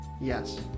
yes